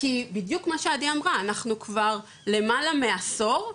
כי בדיוק מה שעדי אמרה, אנחנו כבר למעלה מעשור,